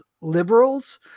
liberals